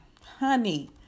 honey